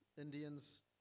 Indians